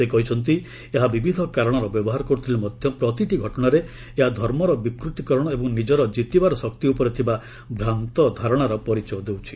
ସେ କହିଛନ୍ତି ଏହା ବିବିଧ କାରଣର ବ୍ୟବହାର କରୁଥିଲେ ମଧ୍ୟ ପ୍ରତିଟି ଘଟଣାରେ ଏହା ଧର୍ମର ବିକୃତୀକରଣ ଏବଂ ନିଜର ଜିତିବାର ଶକ୍ତି ଉପରେ ଥିବା ଭ୍ରାନ୍ତଧାରଣାର ପରିଚୟ ଦେଇଛି